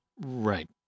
Right